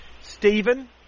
Stephen